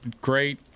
great